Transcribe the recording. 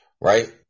Right